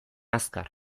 azkar